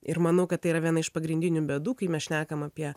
ir manau kad tai yra viena iš pagrindinių bėdų kai mes šnekam apie